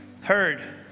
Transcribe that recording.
heard